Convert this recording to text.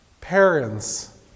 parents